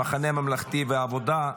המחנה הממלכתי והעבודה.